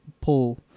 pull